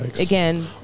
again